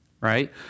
right